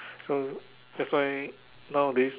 so that's why nowadays